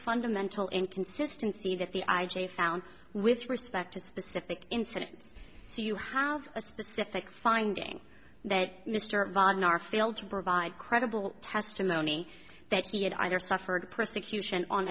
fundamental inconsistency that the i g found with respect to specific incidents so you have a specific finding that mr wagner failed to provide credible testimony that he had either suffered persecution on